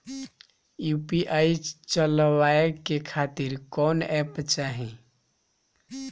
UPI चलवाए के खातिर कौन एप चाहीं?